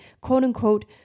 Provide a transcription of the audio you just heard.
quote-unquote